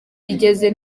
igeze